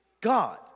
God